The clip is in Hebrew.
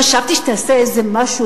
חשבתי שתעשה איזה הסכם סביר עם הפלסטינים,